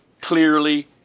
clearly